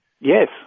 Yes